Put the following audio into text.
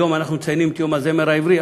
היום אנחנו מציינים את יום הזמר העברי,